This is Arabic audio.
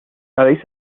أليس